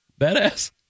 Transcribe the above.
Badass